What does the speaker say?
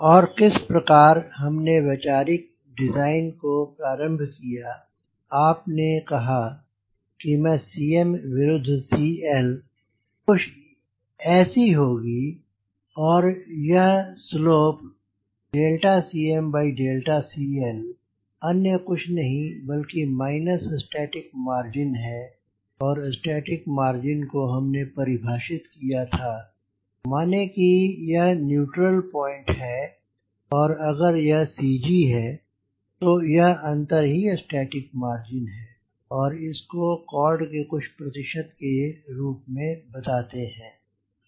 और किस प्रकार हमने वैचारिक डिज़ाइन को प्रारम्भ किया आप ने कहा कि मैं Cm विरुद्ध CL कुछ इस ऐसी होगी और यह स्लोप CmCL अन्य कुछ नहीं बल्कि माइनस स्टैटिक मार्जिन है और स्टैटिक मार्जिन को हमने परिभाषित किया था माने कि यह न्युट्रल पॉइंट है और अगर यह सी जी है तो यह अंतर ही स्टैटिक मार्जिन है और इसको कॉर्ड के कुछ प्रतिशत के रूप में बताते हैं